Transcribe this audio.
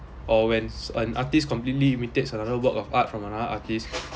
or when s~ an artist completely imitates another work of art from another artist